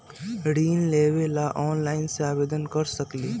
ऋण लेवे ला ऑनलाइन से आवेदन कर सकली?